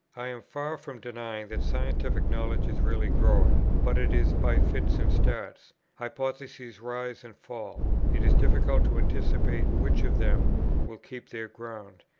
i am far from denying that scientific knowledge is really growing, but it is by fits and starts hypotheses rise and fall it is difficult to anticipate which of them will keep their ground,